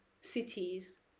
cities